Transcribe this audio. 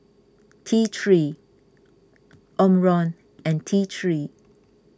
T three Omron and T three